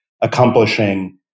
accomplishing